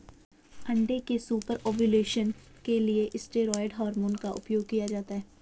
अंडे के super ovulation के लिए स्टेरॉयड हार्मोन का उपयोग किया जाता है